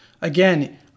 Again